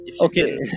Okay